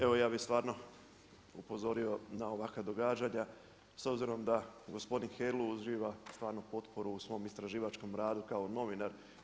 Evo ja bi stvarno upozorio na ovakva događanja, s obzirom da gospodin Hedl uživa stvarnu potporu u svom istraživačkom radu kao novinar.